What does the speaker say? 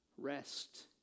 Rest